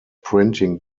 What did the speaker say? printing